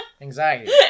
anxiety